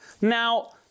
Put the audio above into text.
now